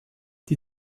die